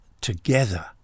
together